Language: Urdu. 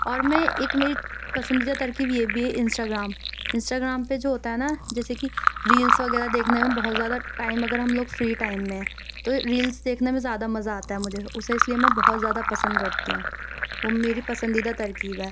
اور میں ایک میری پسندیدہ ترکیب یہ بھی ہے انسٹاگرام انسٹاگرام پہ جو ہوتا ہے نا جیسے کہ ریلس وغیرہ دیکھنے میں بہت زیادہ ٹائم وغیرہ ہم لوگ فری ٹائم میں تو ریلس دیکھنے میں زیادہ مزہ آتا ہے مجھے اُسے اِس لیے میں بہت زیادہ پسند کرتی ہوں وہ میری پسندیدہ ترکیب ہے